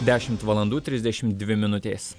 dešimt valandų trisdešimt dvi minutės